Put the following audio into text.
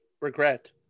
regret